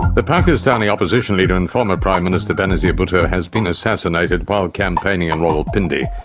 the pakistani opposition leader and former prime minister benazir bhutto has been assassinated while campaigning in rawalpindi.